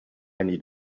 need